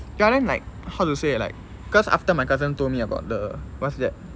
ya then like how to say like because after my cousin told me about the what's that